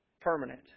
permanent